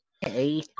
Hey